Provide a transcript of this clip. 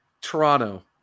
Toronto